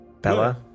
Bella